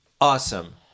awesome